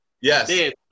Yes